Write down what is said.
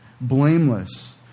Blameless